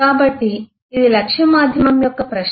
కాబట్టి ఇది లక్ష్య మాధ్యమం యొక్క ప్రశ్న